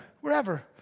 wherever